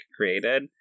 created